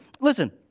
listen